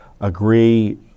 agree